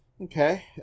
Okay